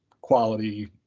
quality